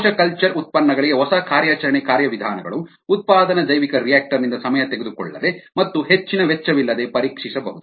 ಕೋಶ ಕಲ್ಚರ್ ಉತ್ಪನ್ನಗಳಿಗೆ ಹೊಸ ಕಾರ್ಯಾಚರಣೆ ಕಾರ್ಯವಿಧಾನಗಳು ಉತ್ಪಾದನಾ ಜೈವಿಕರಿಯಾಕ್ಟರ್ ನಿಂದ ಸಮಯ ತೆಗೆದುಕೊಳ್ಳದೆ ಮತ್ತು ಹೆಚ್ಚಿನ ವೆಚ್ಚವಿಲ್ಲದೆ ಪರೀಕ್ಷಿಸಬಹುದು